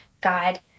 God